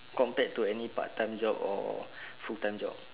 compared to any part time job or full time job